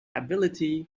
ability